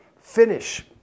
finish